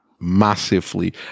massively